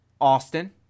Austin